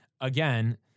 again